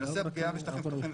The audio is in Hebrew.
בנושא הפגיעה בשטחים פתוחים,